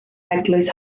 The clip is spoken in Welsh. eglwys